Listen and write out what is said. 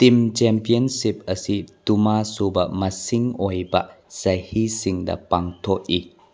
team championship ꯑꯁꯤ ꯇꯨꯃꯥ ꯁꯨꯕ ꯃꯁꯤꯡ ꯑꯣꯏꯕ ꯆꯍꯤꯁꯤꯡꯗ ꯄꯥꯡꯊꯣꯛꯏ